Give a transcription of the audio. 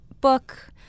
book